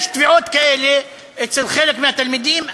יש תביעות כאלה אצל חלק מהתלמידים.